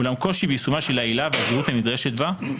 אולם קושי ביישומה של העילה והזהירות הנדרשת בה,